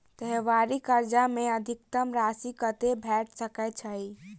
त्योहारी कर्जा मे अधिकतम राशि कत्ते भेट सकय छई?